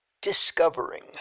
Discovering